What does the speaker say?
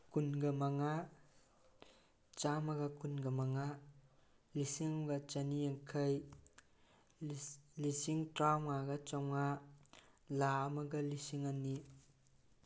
ꯀꯨꯟꯒ ꯃꯉꯥ ꯆꯥꯝꯃꯒ ꯀꯨꯟꯒꯃꯉꯥ ꯂꯤꯁꯤꯡ ꯑꯃꯒ ꯆꯅꯤ ꯌꯥꯡꯈꯩ ꯂꯤꯁꯤꯡ ꯇꯔꯥꯃꯉꯥꯒ ꯆꯥꯝꯃꯉꯥ ꯂꯥꯈ ꯑꯃꯒ ꯂꯤꯁꯤꯡ ꯑꯅꯤ